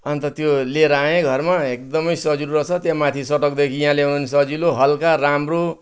अन्त त्यो लिएर आएँ घरमा एकदमै सजिलो रहेछ त्यहाँ माथि सडकदेखि यहाँ ल्याउनु पनि सजिलो हलका राम्रो